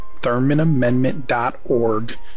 ThurmanAmendment.org